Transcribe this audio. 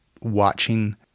watching